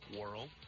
world